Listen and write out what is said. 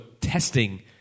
testing